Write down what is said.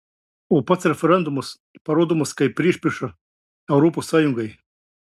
o pats referendumas parodomas kaip priešprieša europos sąjungai